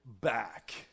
back